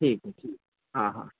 ٹھیک ہے ٹھیک ہے ہاں ہاں